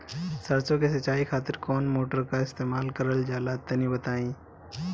सरसो के सिंचाई खातिर कौन मोटर का इस्तेमाल करल जाला तनि बताई?